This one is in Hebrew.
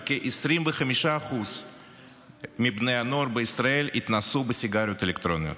וכ-25% מבני הנוער בישראל התנסו בסיגריות אלקטרוניות.